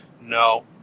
No